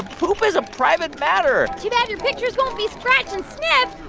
poop is a private matter too bad your pictures won't be scratch-and-sniff.